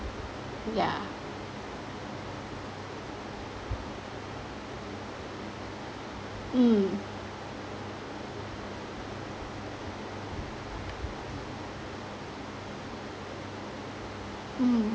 yeah mm mm